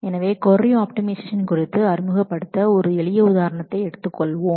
எனவே query optimization குறித்து அறிமுகப்படுத்த ஒரு எளிய உதாரணத்தை எடுத்துக் கொள்வோம்